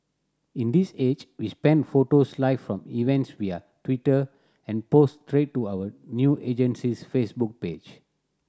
in this age we spend photos live from events via Twitter and post straight to our new agency's Facebook page